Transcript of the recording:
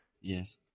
Yes